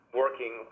working